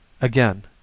Again